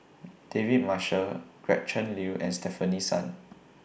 David Marshall Gretchen Liu and Stefanie Sun